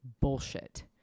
bullshit